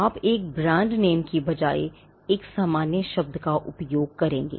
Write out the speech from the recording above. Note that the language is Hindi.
आप एक ब्रांड नाम के बजाय एक सामान्य शब्द का उपयोग करेंगे